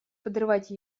подрывать